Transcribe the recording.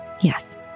Yes